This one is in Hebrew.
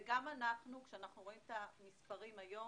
גם אנחנו, כשאנחנו רואים את המספרים היום,